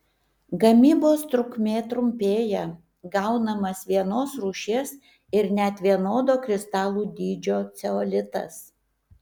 gamybos trukmė trumpėja gaunamas vienos rūšies ir net vienodo kristalų dydžio ceolitas